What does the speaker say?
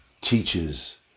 teaches